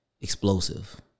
explosive